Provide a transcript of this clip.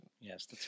Yes